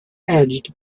edged